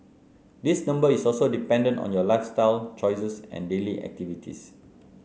this number is also dependent on your lifestyle choices and daily activities